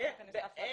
אני עושה הפרדה.